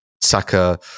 Saka